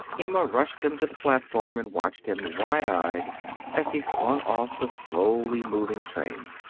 emma rushed him to the platform and watched him, wide-eyed, as he swung off the slowly moving train.